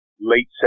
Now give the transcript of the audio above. late